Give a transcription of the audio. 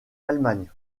allemagne